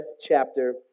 chapter